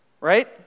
Right